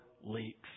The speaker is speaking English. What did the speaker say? leaks